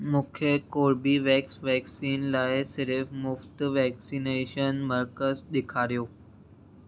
मूंखे Corbevax vaccine लाइ सिर्फ़ु मुफ़्ति वैक्सीनेशन मर्कज़ ॾेखारियो